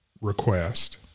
request